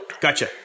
gotcha